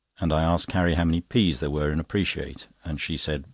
and i asked carrie how many p's there were in appreciate, and she said,